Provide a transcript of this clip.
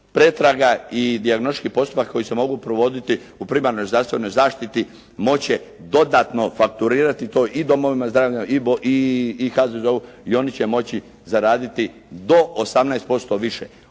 pretraga i dijagnostičkih postupaka koji se mogu provoditi u primarnoj zdravstvenoj zaštiti moći će dodatno fakturirati to i domovima zdravlja i HZZO-u i oni će moći zaraditi do 18% više.